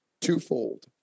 twofold